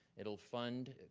it'll fund